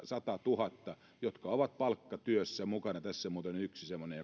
satatuhatta ihmistä jotka ovat palkkatyössä mukana tässä muuten on yksi semmoinen